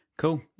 Cool